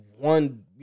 one